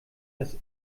dass